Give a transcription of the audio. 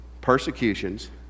persecutions